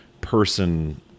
person